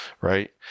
right